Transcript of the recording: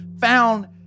found